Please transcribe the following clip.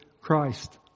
Christ